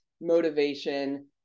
motivation